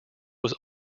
was